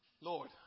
Lord